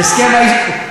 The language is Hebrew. הסכם היסטורי, כן.